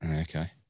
Okay